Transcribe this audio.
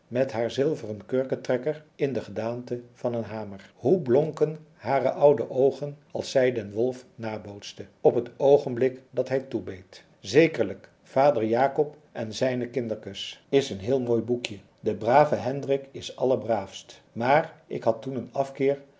met haar zilveren kurketrekker in de gedaante van een hamer hoe blonken hare oude oogen als zij den wolf nabootste op het oogenblik dat hij toebeet zekerlijk vader jacob en zijne kindertjes is een heel mooi boekje de brave hendrik is allerbraafst maar ik had toen een afkeer